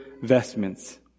vestments